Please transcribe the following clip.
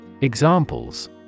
Examples